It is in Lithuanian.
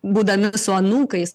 būdami su anūkais